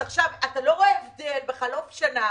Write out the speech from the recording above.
אתה לא רואה הבדל בחלוף שנה